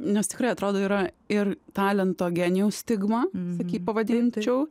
nes tikrai atrodo yra ir talento genijaus stigma taip jį pavadinčiau